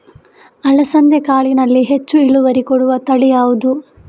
ಅಲಸಂದೆ ಕಾಳಿನಲ್ಲಿ ಹೆಚ್ಚು ಇಳುವರಿ ಕೊಡುವ ತಳಿ ಯಾವುದು?